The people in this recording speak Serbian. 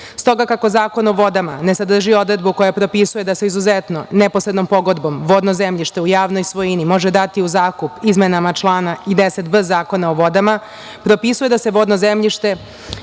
toga, kako Zakon o vodama ne sadrži odredbu koja propisuje da se izuzetno neposrednom pogodbom vodno zemljište u javnoj svojini može dati u zakup izmenama člana i 10b Zakona o vodama, propisuje da se vodno zemljište